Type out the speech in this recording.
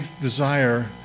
desire